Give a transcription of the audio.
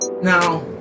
Now